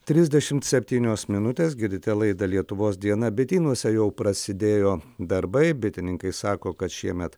trisdešimt septynios minutės girdite laidą lietuvos diena bitynuose jau prasidėjo darbai bitininkai sako kad šiemet